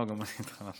לא, גם אני התחלפתי.